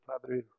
Padre